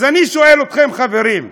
אז אני שואל אתכם, חברים: